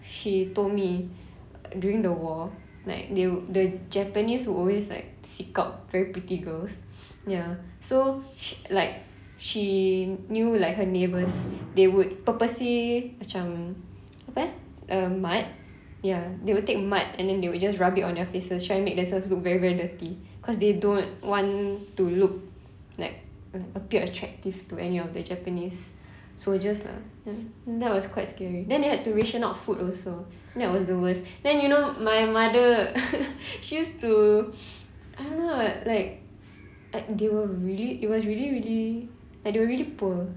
she told me during the war like they wou~ the japanese would always like seek out very pretty girls ya so sh~ like she knew like her neighbours they would purposely macam apa eh uh mud ya they would take mud and then they would just rub it on their faces trying to make themselves look very very dirty cause they don't want to look like a~ appear attractive to any of the japanese soldiers lah then that was quite scary then had to ration out food also that was the worst then you know my mother she used to I don't know lah like like they were really it was really really like they were really poor